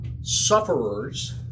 Sufferers